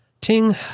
Ting